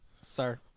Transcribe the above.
Sir